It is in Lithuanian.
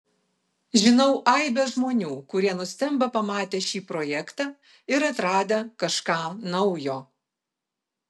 žinau aibę žmonių kurie nustemba pamatę šį projektą ir atradę kažką naujo